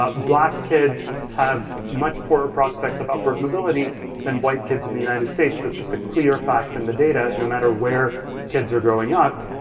black kids have much poor prospects of upward mobility than white kids in the united states, that's just a clear fact in the data no matter where kids are growing up,